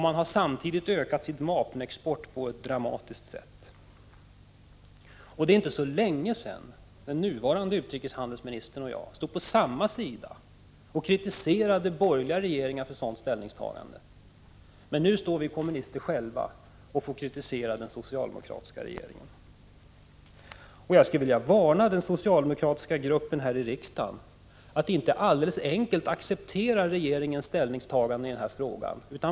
Man har samtidigt ökat sin vapenexport på ett dramatiskt sätt. Det är inte så länge sedan den nuvarande utrikeshandelsministern och jag stod på samma sida och kritiserade borgerliga regeringar för sådana ställningstaganden. Nu får vi kommunister stå ensamna och kritisera den socialdemokratiska regeringen. Jag skulle vilja varna den socialdemokratiska gruppen här i riksdagen för att utan vidare acceptera regeringens ställningstagande i denna fråga.